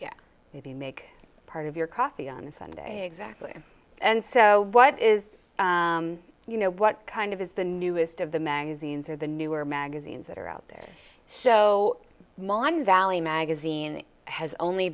maybe make part of your coffee on sunday exactly and so what is you know what kind of is the newest of the magazines or the newer magazines that are out there so mon valley magazine has only